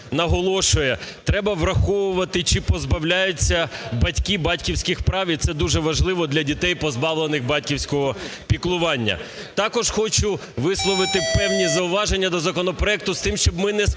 наголошує: треба враховувати, чи позбавляються батьки батьківських прав. І це дуже важливо, для дітей, позбавлених батьківського піклування. Також хочу висловити певні зауваження до законопроекту з тим, щоб ми не спекулювали